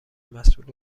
مسول